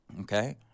Okay